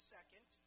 Second